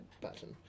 button